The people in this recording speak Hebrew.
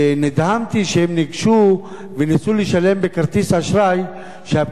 נדהמתי כשהם ניגשו וניסו לשלם בכרטיס אשראי שהפקידה